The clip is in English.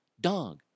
dog